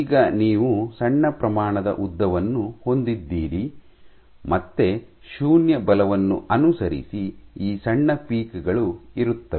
ಈಗ ನೀವು ಸಣ್ಣ ಪ್ರಮಾಣದ ಉದ್ದವನ್ನು ಹೊಂದಿದ್ದೀರಿ ಮತ್ತೆ ಶೂನ್ಯ ಬಲವನ್ನು ಅನುಸರಿಸಿ ಈ ಸಣ್ಣ ಪೀಕ್ ಗಳು ಇರುತ್ತವೆ